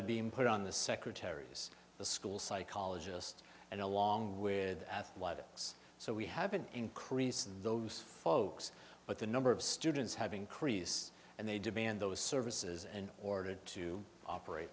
being put on the secretaries the school psychologist and along with athletics so we have an increase in those folks but the number of students have increased and they demand those services in order to operate